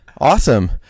Awesome